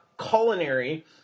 culinary